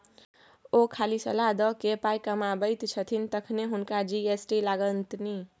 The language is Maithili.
ओ खाली सलाह द कए पाय कमाबैत छथि तखनो हुनका जी.एस.टी लागतनि